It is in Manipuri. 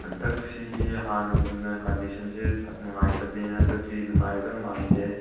ꯍꯟꯗꯛꯁꯤ ꯍꯥꯟꯅꯒꯨꯝꯅ ꯀꯟꯗꯤꯁꯟꯁꯤ ꯅꯨꯡꯉꯥꯏꯇꯕꯅꯤꯅ ꯍꯟꯗꯛꯇꯤ ꯅꯨꯡꯉꯥꯏꯒꯗꯕ ꯃꯥꯟꯗꯦ